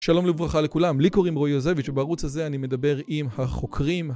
שלום וברכה לכולם, לי קוראים רועי יוזביץ' ובערוץ הזה אני מדבר עם החוקרים